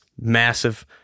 massive